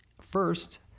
First